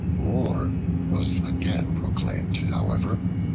war was again proclaimed, however,